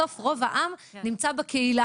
בסוף רוב העם נמצא בקהילה.